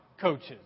coaches